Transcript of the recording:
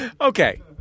Okay